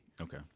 Okay